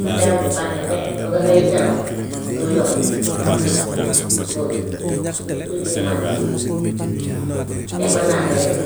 Nga xëy am sa bànneex rek ba nga xëy nelaw loolu yombut loolu du du suñ jamano bi léegi. Tey mën naa xëy tey